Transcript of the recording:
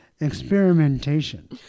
Experimentation